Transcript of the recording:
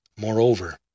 Moreover